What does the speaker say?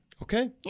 Okay